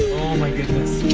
my goodness.